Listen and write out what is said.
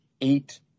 eight